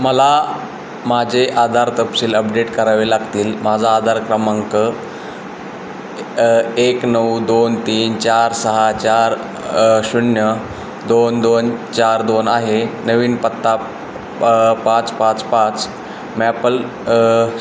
मला माझे आधार तपशील अपडेट करावे लागतील माझा आधार क्रमांक एक नऊ दोन तीन चार सहा चार शून्य दोन दोन चार दोन आहे नवीन पत्ता पाच पाच पाच मॅपल